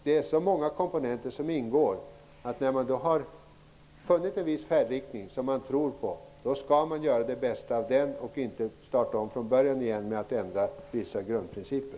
Det är så många komponenter som ingår att man, när man har funnit en viss färdriktning som man tror på, skall göra det bästa av den och inte starta om från början igen med att ändra vissa grundprinciper.